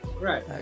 Right